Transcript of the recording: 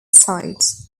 sides